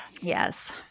yes